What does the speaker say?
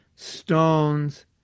stones